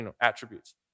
attributes